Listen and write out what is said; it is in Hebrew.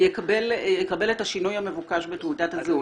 יקבל את השינוי המבוקש בתעודת הזהות.